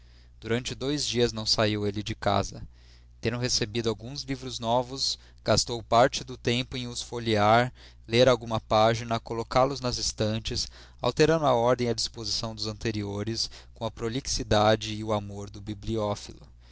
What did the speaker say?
durante dois dias não saiu ele de casa tendo recebido alguns livros novos gastou parte do tempo em os folhear ler alguma página colocá los nas estantes alterando a ordem e a disposição dos anteriores com a prolixidade e o amor do